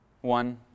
One